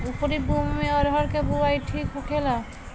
उपरी भूमी में अरहर के बुआई ठीक होखेला?